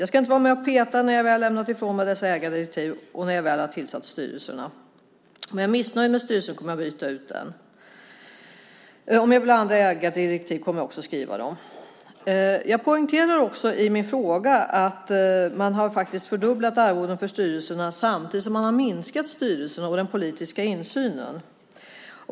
Jag ska inte vara med och peta när jag väl har lämnat ifrån mig ägardirektivet och när jag väl har tillsatt styrelserna. Om jag är missnöjd med styrelsen kommer jag att byta ut den. Om jag vill ha andra ägardirektiv kommer jag också att skriva dem. Jag poängterade i min fråga att man faktiskt har fördubblat arvodena för styrelserna samtidigt som man har minskat styrelserna och den politiska insynen.